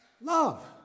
love